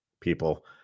people